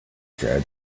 said